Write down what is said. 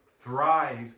thrive